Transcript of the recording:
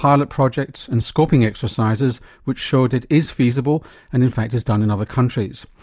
pilot projects and scoping exercises which showed it is feasible and in fact is done in other countries.